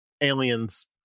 aliens